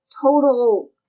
total